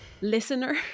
listener